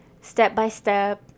step-by-step